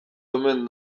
omen